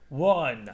One